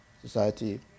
society